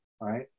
right